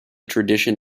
tradition